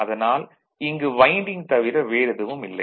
அதனால் இங்கு வைண்டிங் தவிர வேறெதுவுமில்லை